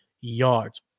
yards